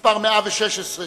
116,